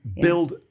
build